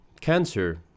cancer